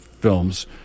films